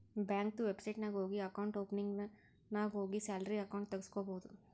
ಬ್ಯಾಂಕ್ದು ವೆಬ್ಸೈಟ್ ನಾಗ್ ಹೋಗಿ ಅಕೌಂಟ್ ಓಪನಿಂಗ್ ನಾಗ್ ಹೋಗಿ ಸ್ಯಾಲರಿ ಅಕೌಂಟ್ ತೆಗುಸ್ಕೊಬೋದು